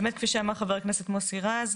באמת, כפי שאמר חבר הכנסת מוסי רז,